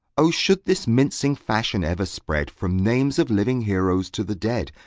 o should this mincing fashion ever spread from names of living heroes to the dead,